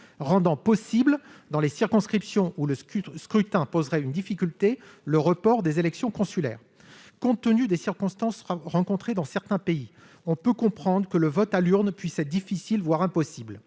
permettre, dans les circonscriptions où le scrutin poserait difficulté, le report des élections consulaires. Compte tenu des circonstances auxquelles certains pays font face, on peut comprendre que le vote à l'urne puisse être difficile, voire impossible.